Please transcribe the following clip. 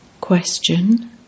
Question